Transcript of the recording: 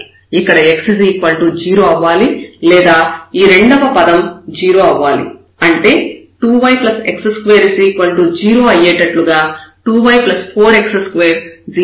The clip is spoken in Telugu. ఇక్కడ x 0 అవ్వాలి లేదా ఈ రెండవ పదం 0 అవ్వాలి అంటే 2 yx2 0 అయ్యేటట్లుగా 2 y4 x2 0 అవ్వాలి